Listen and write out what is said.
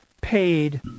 paid